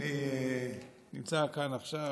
אני נמצא כאן עכשיו,